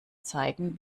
zeigen